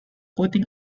putting